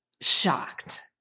shocked